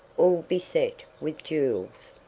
all beset with jewels.